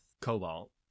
cobalt